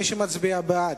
מי שמצביע בעד,